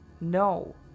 No